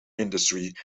industry